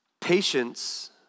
Patience